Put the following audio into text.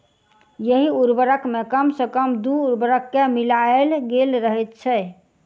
एहि उर्वरक मे कम सॅ कम दू उर्वरक के मिलायल गेल रहैत छै